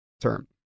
term